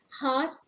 hot